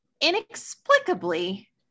inexplicably